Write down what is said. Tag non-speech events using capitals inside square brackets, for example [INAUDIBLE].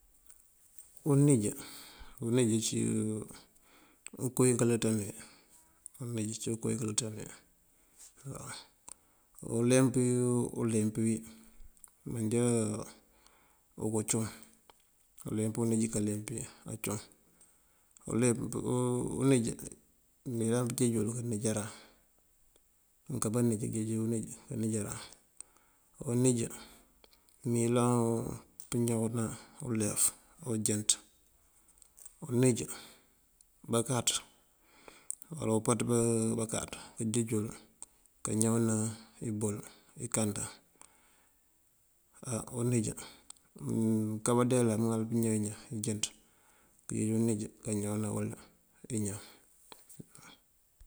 Unij, unij ací ukoowí kalënţën wí. Unij cíwun koo kalënţën wí waw. Awuleemp wí uleemp wí mënjá okoo cum. Uleemp wí unij kaleemp wí acum: [HESITATION] unij mëyëlan kanţíj wël kanijaran, mënká banij kënjeej unij kanijaran, unij mëyëlan pëñawëna ulef ojënţ. Unij bakáaţ uwala umpaţ bakáaţ kanjeej wël kañawëna ibol, inkanda. Aà unij mënká bandeela amëŋal pëñaw iñan injënţ kënjeej unij kañawëna wël iñan.